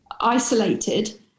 isolated